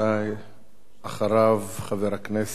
אחריו, חבר הכנסת אלכס מילר.